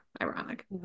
ironic